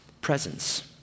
presence